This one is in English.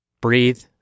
breathe